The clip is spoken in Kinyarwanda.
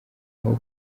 aho